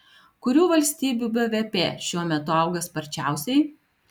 kurių valstybių bvp šiuo metu auga sparčiausiai